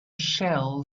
shell